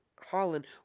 Holland